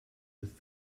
with